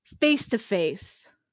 face-to-face